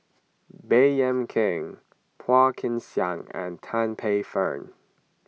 Baey Yam Keng Phua Kin Siang and Tan Paey Fern